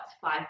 five